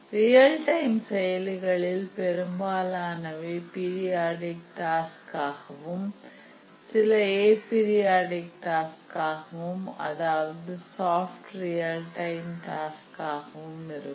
real time செயலிகளில் பெரும்பாலானவை periodic task ஆகவும் சில ஏ பீரியாடிக் டாஸ்க் ஆகவும் அதாவது சாஃப்ட் ரியல் டைம் டாஸ்க் ஆக இருக்கும்